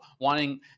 wanting